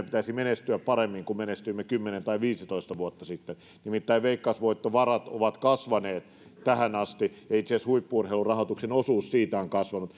pitäisi menestyä paremmin kuin menestyimme kymmenen tai viisitoista vuotta sitten nimittäin veikkausvoittovarat ovat kasvaneet tähän asti ja itse asiassa huippu urheilurahoituksen osuus siitä on kasvanut